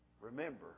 remember